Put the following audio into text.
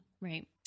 Right